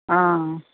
অঁ